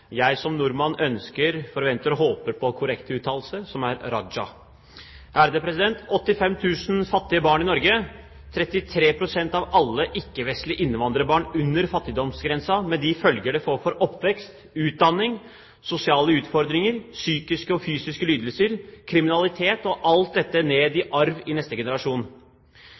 Jeg som nordmann ønsker, forventer og håper på korrekt uttale, som er «Radsja». Det er 85 000 fattige barn i Norge, 33 pst. av alle ikke-vestlige innvandrerbarn er under fattigdomsgrensen, med de følger det får for oppvekst, utdanning, sosiale utfordringer, psykiske og fysiske lidelser, kriminalitet, og alt dette går i arv til neste generasjon.